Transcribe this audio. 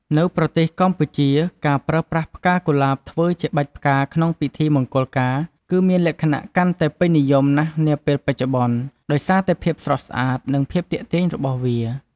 នៅប្រទេសកម្ពុជា ការប្រើប្រាស់ ផ្កាកុលាប ធ្វើជាបាច់ផ្កាក្នុងពិធីមង្គលការ គឺមានលក្ខណៈកាន់តែពេញនិយមណាស់នាពេលបច្ចុប្បន្ន ដោយសារតែភាពស្រស់ស្អាត និង ភាពទាក់ទាញរបស់វា។